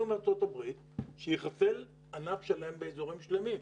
מארצות הברית שיחסל ענף שלם באזורים שלמים.